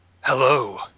Hello